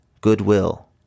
goodwill